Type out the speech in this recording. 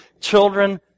children